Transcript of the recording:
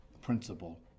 principle